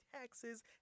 taxes